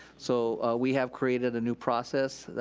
so we have created a new process,